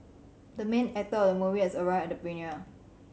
the main actor of the movie has arrived at the premiere